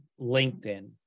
LinkedIn